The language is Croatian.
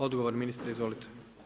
Odgovor ministre, izvolite.